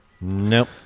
Nope